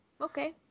okay